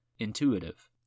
intuitive